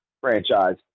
franchise